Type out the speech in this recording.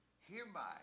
Hereby